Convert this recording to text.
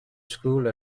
school